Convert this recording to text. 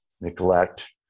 neglect